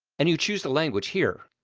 and you choose the language here.